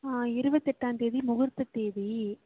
ஆ இருபத்தெட்டாந்தேதி முகூர்த்த தேதி